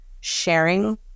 sharing